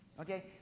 Okay